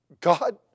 God